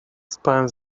spałam